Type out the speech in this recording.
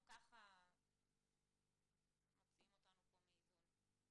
גם ככה מוציאים אותנו מאיזון.